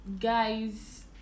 Guys